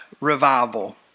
revival